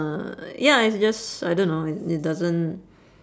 uh ya it's just I don't know i~ it doesn't